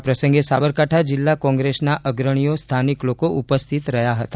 આ પ્રસંગે સાબરકાંઠા જિલ્લા કોંગ્રેસના અગ્રણીઓ સ્થાનિક લોકો ઉપસ્થિત રહ્યા હતા